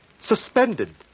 Suspended